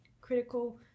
critical